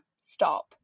stop